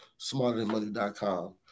smarterthanmoney.com